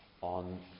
on